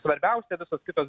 svarbiausia visos kitos